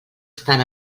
estan